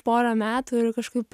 porą metų ir kažkaip